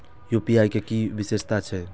UPI के कि विषेशता छै?